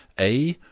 a,